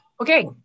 Okay